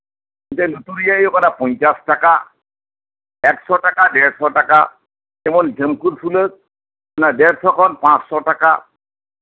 ᱢᱤᱫᱴᱮᱡ ᱞᱩᱛᱩᱨ ᱨᱮᱭᱟᱜ ᱦᱩᱭᱩᱜ ᱠᱟᱱᱟ ᱯᱚᱧᱪᱟᱥ ᱴᱟᱠᱟ ᱮᱠᱥᱚ ᱴᱟᱠᱟ ᱰᱮᱲᱥᱚ ᱴᱟᱠᱟ ᱮᱵᱚᱝ ᱡᱷᱩᱱᱠᱩᱨ ᱥᱩᱞᱟᱹᱠ ᱚᱱᱟ ᱰᱮᱲᱥᱚ ᱠᱷᱚᱱ ᱯᱟᱸᱥ ᱥᱚ ᱴᱟᱠᱟ